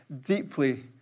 deeply